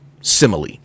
Simile